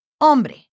Hombre